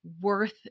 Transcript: worth